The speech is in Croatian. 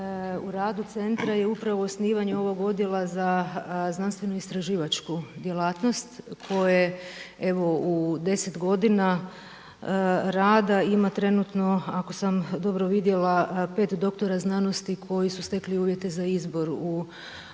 u radu centra je upravo osnivanje ovog odjela za znanstveno-istraživačku djelatnost koje evo u 10 godina rada ima trenutno ako sam dobro vidjela 5 doktora znanosti koji su stekli uvjete za izbor u